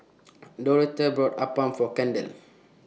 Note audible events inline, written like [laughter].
[noise] Doretha bought Appam For Kendell